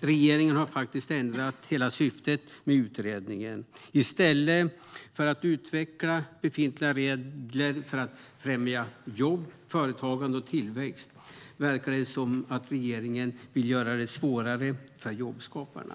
Regeringen har faktiskt ändrat hela syftet med utredningen. I stället för att utveckla befintliga regler för att främja jobb, företagande och tillväxt verkar det som att regeringen vill göra det svårare för jobbskaparna.